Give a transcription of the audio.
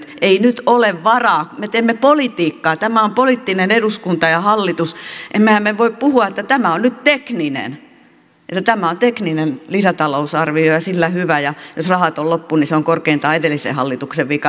ei nyt ole varaa emmekä me voi me teemme politiikkaa tämä on poliittinen eduskunta ja hallitus puhua että tämä on nyt tekninen lisätalousarvio ja sillä hyvä ja jos rahat ovat loppu niin se on korkeintaan edellisen hallituksen vika